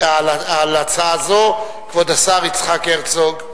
על הצעה זו כבוד השר יצחק הרצוג,